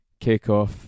kickoff